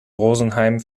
rosenheim